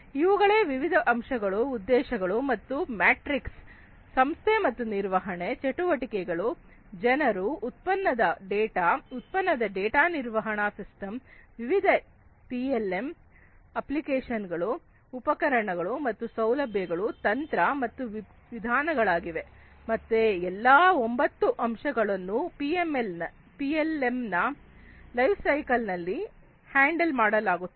ಇವುಗಳೇ ವಿವಿಧ ಅಂಶಗಳು ಉದ್ದೇಶಗಳು ಮತ್ತು ಮ್ಯಾಟ್ರಿಕ್ಸ್ ಸಂಸ್ಥೆ ಮತ್ತು ನಿರ್ವಹಣೆಯ ಚಟುವಟಿಕೆಗಳು ಜನರು ಉತ್ಪನ್ನದ ಡೇಟಾ ಉತ್ಪನ್ನದ ಡೇಟಾ ನಿರ್ವಹಣ ಸಿಸ್ಟಮ್ ವಿವಿಧ ಪಿಎಲ್ಎಂ ಅಪ್ಲಿಕೇಶನ್ಗಳು ಉಪಕರಣಗಳು ಮತ್ತು ಸೌಲಭ್ಯಗಳು ತಂತ್ರ ಮತ್ತು ವಿಧಾನಗಳಾಗಿವೆ ಮತ್ತೆ ಎಲ್ಲಾ ಒಂಬತ್ತು ಅಂಶಗಳನ್ನು ಪಿಎಲ್ಎಂ ನ ಲೈಫ್ ಸೈಕಲ್ ನಲ್ಲಿ ಹ್ಯಾಂಡಲ್ ಮಾಡಬೇಕಾಗುತ್ತದೆ